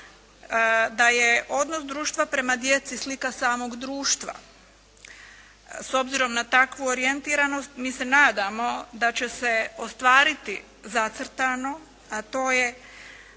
da je odnos društva prema djeci slika samog društva. S obzirom na takvu orijentiranost mi se nadamo da će se ostvariti zacrtano a to je